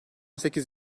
sekiz